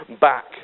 back